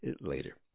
Later